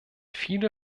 viele